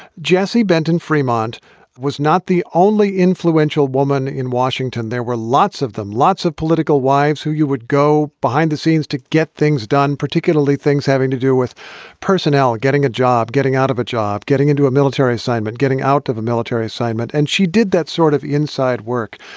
jesse benton fremont was not the only influential woman in washington. there were lots of them, lots of political wives who you would go behind the scenes to get things done, particularly things having to do with personnel, getting a job, getting out of a job, getting into a military assignment, getting out of a military assignment. and she did that sort of inside work,